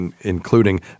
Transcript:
including